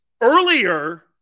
Earlier